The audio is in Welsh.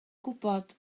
gwybod